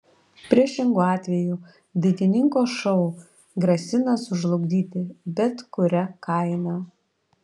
priešingu atveju dainininko šou grasina sužlugdyti bet kuria kaina